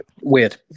Weird